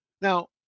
Now